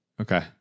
Okay